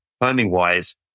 Timing-wise